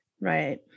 Right